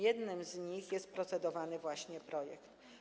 Jednym z nich jest procedowany właśnie projekt.